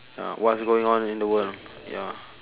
ya what's going on in the world ya